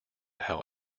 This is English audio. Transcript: how